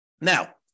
Now